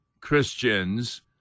Christians